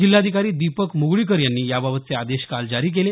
जिल्हाधिकारी दीपक मुगळीकर यांनी याबाबतचे आदेश काल जारी केले